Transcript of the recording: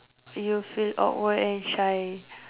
you feel awkward and shy